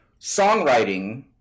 songwriting